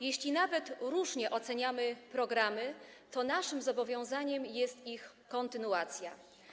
Jeśli nawet różnie oceniamy programy, to naszym zobowiązaniem jest ich kontynuacja.